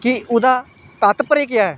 कि उ'दा ओह्दा तात्पर्य केह् ऐ